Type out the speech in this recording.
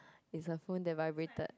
is her phone that vibrated